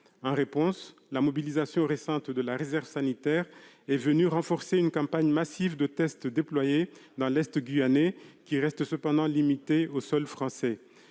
En réponse, la mobilisation récente de la réserve sanitaire est venue renforcer une campagne massive de tests déployée dans l'Est guyanais, campagne qui reste cependant limitée au sol français.